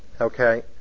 okay